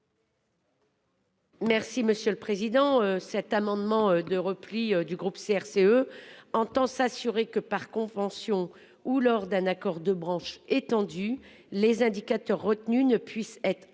Merci monsieur le président. Cet amendement de repli du groupe CRCE entend s'assurer que par convention ou lors d'un accord de branche étendu. Les indicateurs retenus ne puisse être inférieure